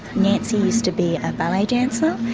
nancy used to be a ballet dancer,